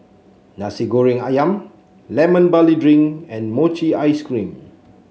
Nasi Goreng ayam Lemon Barley Drink and Mochi Ice Cream